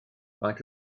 faint